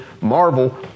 marvel